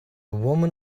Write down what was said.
woman